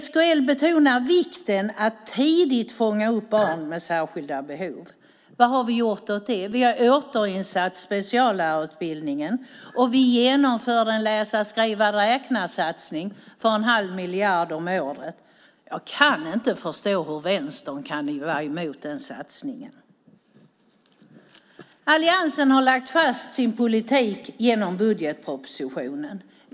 SKL betonar vikten av att tidigt fånga upp barn med särskilda behov. Vad har vi gjort åt det? Vi har återinfört speciallärarutbildningen, och vi genomför en läsa-skriva-räkna-satsning för en halv miljard om året. Jag kan inte förstå hur Vänstern kan vara emot den satsningen. Alliansen har lagt fast sin politik genom budgetpropositionen.